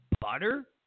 butter